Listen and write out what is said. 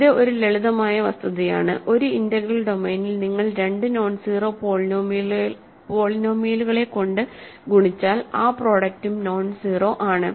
ഇത് ഒരു ലളിതമായ വസ്തുതയാണ് ഒരു ഇന്റഗ്രൽ ഡൊമെയ്നിൽ നിങ്ങൾ രണ്ട് നോൺസീറോ പോളിനോമിയലുകളെകൊണ്ട് ഗുണിച്ചാൽ ആ പ്രോഡക്ടും നോൺസീറോ ആണ്